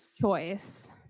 choice